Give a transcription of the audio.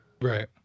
Right